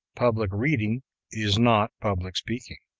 public reading is not public speaking.